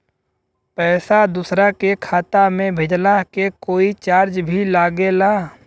पैसा दोसरा के खाता मे भेजला के कोई चार्ज भी लागेला?